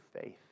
faith